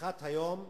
בשיחת היום,